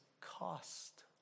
cost